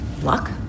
Luck